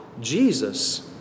Jesus